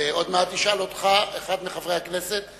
ועוד מעט ישאל אותך אחד מחברי הכנסת,